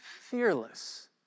fearless